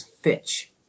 Fitch